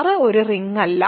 R ഒരു ring അല്ല